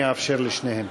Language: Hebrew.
אני אאפשר לשניהם.